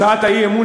שהצעת האי-אמון,